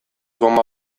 bonba